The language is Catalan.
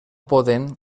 poden